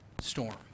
storm